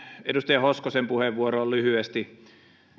edustaja hoskosen puheenvuoroon lyhyesti